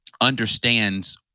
understands